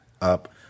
up